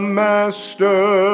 master